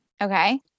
okay